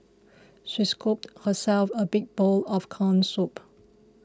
she scooped herself a big bowl of Corn Soup